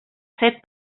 set